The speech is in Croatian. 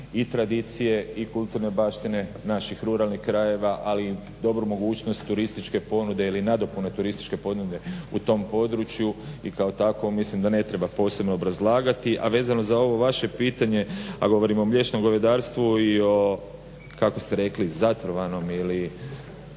i tradicije, i kulturne baštine naših ruralnih krajeva, ali i dobru mogućnost turističke ponude ili nadopune turističke ponude u tom području. I kao takvo mislim da ne treba posebno obrazlagati. A vezano za ovo vaše pitanje, a govorim o mliječnom govedarstvu i o kako ste rekli zatrovanom ili